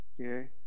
okay